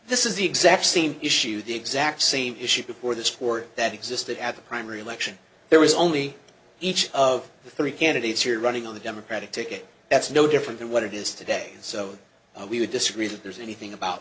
this is the exact same issue the exact same issue before the sport that existed at the primary election there was only each of the three candidates here running on the democratic ticket that's no different than what it is today so we would disagree that there's anything about